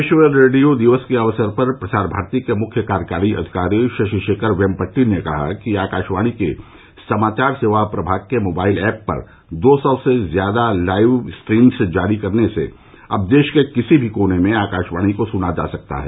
विश्व रेडियो दिवस के अवसर पर प्रसार भारती के मुख्य कार्यकारी अधिकारी शशि शेखर वेम्पट्टी ने कहा कि आकाशवाणी के समाचार सेवा प्रभाग के मोबाइल ऐप पर दो सौ से ज्यादा लाइव स्ट्रीम्स जारी करने से अब देश के किसी भी कोने में आकाशवाणी को सुना जा सकता है